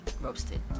roasted